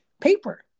paper